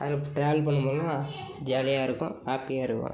அதில் டிராவல் பண்ணும்போதெலாம் ஜாலியாக இருக்கும் ஹாப்பியாக இருக்கும்